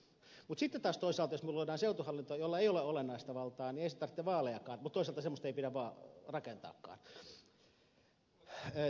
mutta sitten taas toisaalta jos me luomme seutuhallintoa jolla ei ole olennaista valtaa ei se tarvitse vaalejakaan mutta toisaalta semmoista ei pidä rakentaakaan